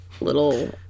little